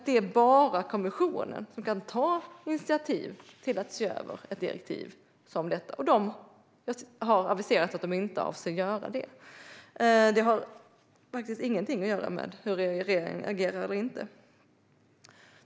Det är bara kommissionen som kan ta initiativ till att se över ett direktiv som detta, och de har aviserat att de inte avser att göra det. Detta har faktiskt ingenting att göra med hur regeringen agerar eller inte.